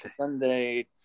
Sunday